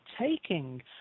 taking